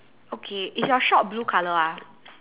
okay is your shop blue colour ah